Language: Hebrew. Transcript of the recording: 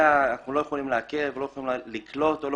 אני לא יודע לתת תשובות וגם לא